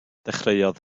dechreuodd